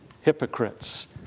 hypocrites